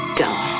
dumb